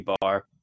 bar